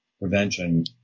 prevention